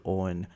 on